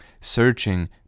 searching